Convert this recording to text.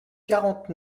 quarante